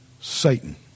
Satan